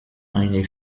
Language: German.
eine